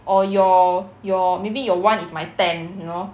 or your your maybe your [one] is my ten you know